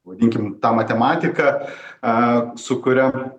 vadinkim tą matematiką a su kuria